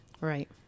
Right